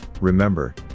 remember